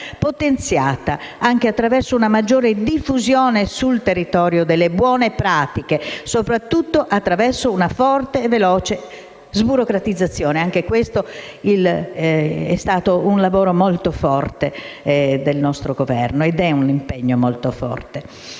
potenziata anche attraverso una maggiore diffusione sul territorio delle buone pratiche, soprattutto attraverso una forte e veloce sburocratizzazione. Anche questo è stato un lavoro e un impegno molto forte